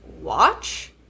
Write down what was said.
Watch